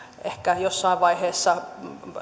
ehkä jossain vaiheessa